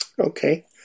Okay